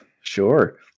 sure